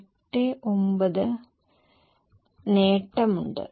89 നേട്ടമുണ്ട്